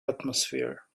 atmosphere